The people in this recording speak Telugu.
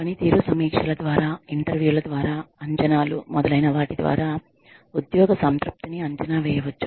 పనితీరు సమీక్షల ద్వారా ఇంటర్వ్యూల ద్వారా అంచనాలు మొదలైన వాటి ద్వారా ఉద్యోగ సంతృప్తిని అంచనా వేయవచ్చు